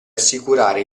assicurare